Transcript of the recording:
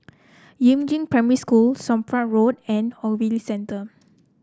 Yumin Primary School Somapah Road and Ogilvy Center